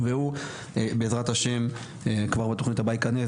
והוא בעזרת השם כבר בתכנית הבאה ייכנס,